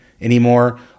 anymore